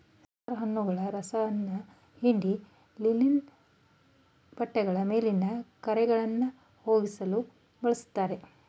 star ಹಣ್ಣುಗಳ ರಸವನ್ನ ಹಿಂಡಿ ಲಿನನ್ ಬಟ್ಟೆಗಳ ಮೇಲಿನ ಕರೆಗಳನ್ನಾ ಹೋಗ್ಸಲು ಬಳುಸ್ತಾರೆ